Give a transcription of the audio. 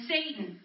Satan